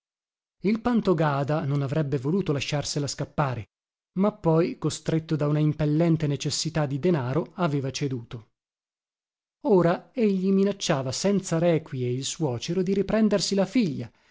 rimasta il pantogada non avrebbe voluto lasciarsela scappare ma poi costretto da una impellente necessità di denaro aveva ceduto ora egli minacciava senza requie il suocero di riprendersi la figlia